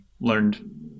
learned